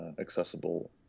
accessible